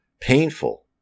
painful